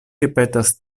ripetas